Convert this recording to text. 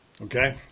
Okay